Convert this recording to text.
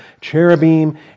cherubim